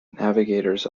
navigators